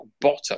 bottom